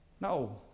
No